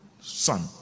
son